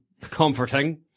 comforting